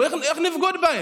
איך נבגוד בהם?